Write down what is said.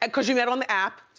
and cause you met on the app.